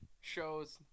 shows